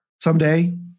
someday